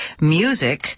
music